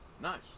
nice